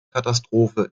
katastrophe